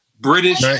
British